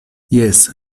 jes